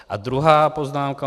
A druhá poznámka.